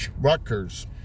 Rutgers